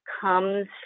comes